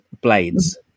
blades